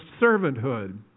servanthood